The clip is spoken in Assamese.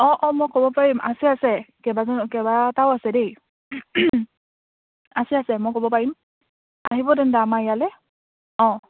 অঁ অঁ মই ক'ব পাৰিম আছে আছে কেইবাজনো কেইবাটাও আছে দেই আছে আছে মই ক'ব পাৰিম আহিব তেন্তে আমাৰ ইয়ালৈ অঁ